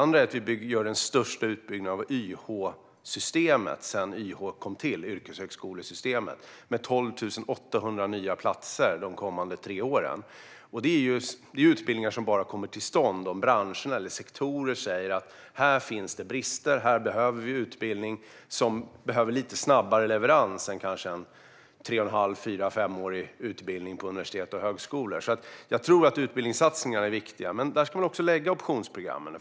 Sedan genomför vi den största utbyggnaden av YH-systemet sedan YH kom till, alltså yrkeshögskolesystemet, med 12 800 nya platser under de kommande tre åren. Det är utbildningar som bara kommer till stånd som branscher eller sektorer påpekar att det här finns brister. Det behövs utbildning där det är lite snabbare leverans än kanske en 3-5-årig utbildning på universitet och högskolor. Utbildningssatsningarna är viktiga, men därtill ska man lägga också optionsprogrammen.